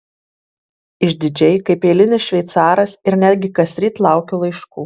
išdidžiai kaip eilinis šveicaras ir netgi kasryt laukiu laiškų